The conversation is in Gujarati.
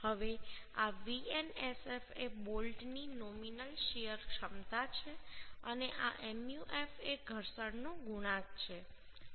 હવે આ Vnsf એ બોલ્ટની નોમિનલ શીયર ક્ષમતા છે અને આ Muf એ ઘર્ષણનો ગુણાંક છે